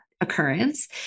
occurrence